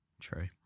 True